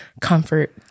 Comfort